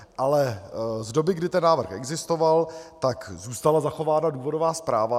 Ale z doby, kdy ten návrh existoval, zůstala zachována důvodová zpráva.